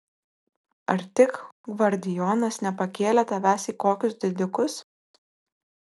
ar tik gvardijonas nepakėlė tavęs į kokius didikus